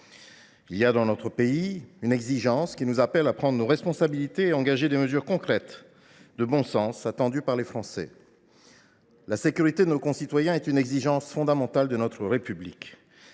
Il y a dans notre pays des exigences qui nous appellent à prendre nos responsabilités et à engager des mesures concrètes et de bon sens, attendues par les Français. La sécurité de nos concitoyens est une exigence fondamentale de notre République,